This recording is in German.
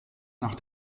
nach